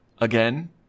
again